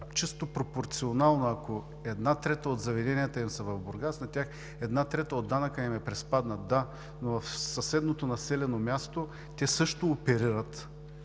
чисто пропорционално, ако една трета от заведенията им са в Бургас, на тях една трета от данъка им е приспаднат. Да, но в съседното населено място те също оперират